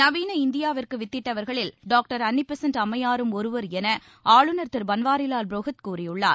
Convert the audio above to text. நவீன இந்தியாவிற்கு வித்திட்டவர்களில் டாக்டர் அன்னிபெசன்ட் அம்மையாரும் ஒருவர் என ஆளுநர் திரு பன்வாரிலால் புரோகித் கூறியுள்ளார்